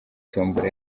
tombola